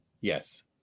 Yes